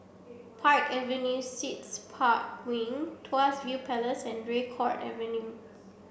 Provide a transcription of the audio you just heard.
Park Avenue Suites Park Wing Tuas View Place and Draycott Avenue